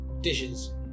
dishes